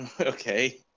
Okay